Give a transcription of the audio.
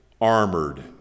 armored